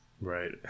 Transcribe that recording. right